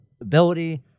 ability